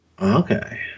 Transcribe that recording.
Okay